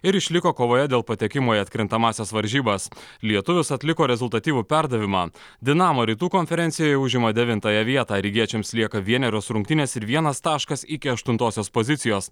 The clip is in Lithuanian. ir išliko kovoje dėl patekimo į atkrintamąsias varžybas lietuvis atliko rezultatyvų perdavimą dinamo rytų konferencijoje užima devintąją vietą rygiečiams lieka vienerios rungtynės ir vienas taškas iki aštuntosios pozicijos